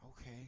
Okay